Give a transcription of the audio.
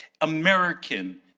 American